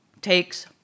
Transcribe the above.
takes